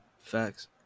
Facts